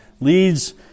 leads